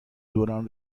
دوران